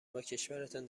وکشورتان